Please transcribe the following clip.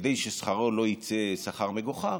כדי ששכרו לא יצא שכר מגוחך,